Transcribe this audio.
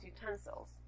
utensils